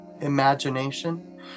imagination